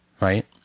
right